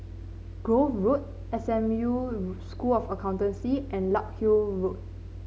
Grove Road S M U School of Accountancy and Larkhill Road